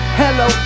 hello